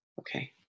Okay